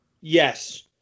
Yes